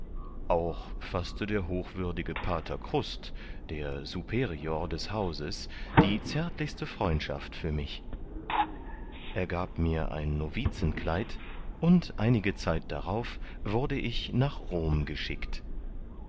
auch faßte der hochwürdige pater krust der superior des hauses die zärtlichste freundschaft für mich er gab mir ein novizenkleid und einige zeit darauf wurde ich nach rom geschickt